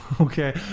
Okay